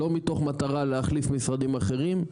לא מתוך מטרה להחליף משרדים אחרים,